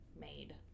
made